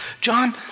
John